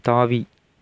தாவி